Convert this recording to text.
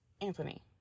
Anthony